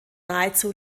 nahezu